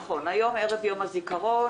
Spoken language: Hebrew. נכון, היום ערב יום הזיכרון